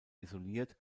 isoliert